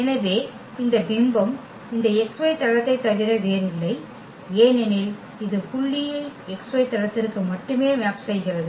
எனவே இந்த பிம்பம் இந்த xy தளத்தைத் தவிர வேறில்லை ஏனெனில் இது புள்ளியை xy தளத்திற்கு மட்டுமே மேப் செய்கிறது